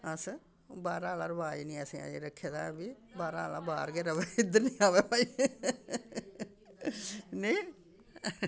अस बाह्रा आह्ला रवाज निं असें अजें रक्खे दा ऐ बी बाह्रा आह्ला बाह्र गै रवै इद्धर निं आवै भाई नेईं